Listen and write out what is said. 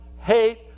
hate